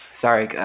Sorry